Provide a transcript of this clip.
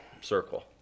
circle